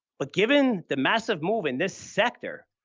but given the massive move in this sector,